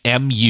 MU